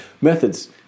methods